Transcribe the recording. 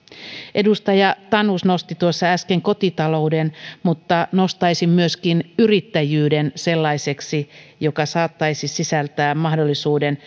edustaja tanus nosti tuossa äsken kotitalouden mutta nostaisin myöskin yrittäjyyden sellaiseksi joka saattaisi sisältää mahdollisuuden